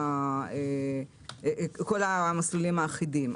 כל המסלולים האחידים.